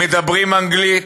מדברים אנגלית,